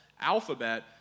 alphabet